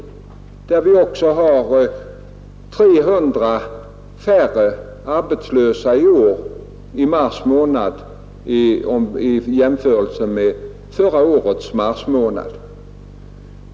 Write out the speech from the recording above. Där är det 300 färre arbetslösa i mars månad i år i jämförelse med förra årets marsmånad.